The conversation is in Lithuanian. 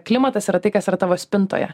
klimatas yra tai kas yra tavo spintoje